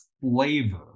flavor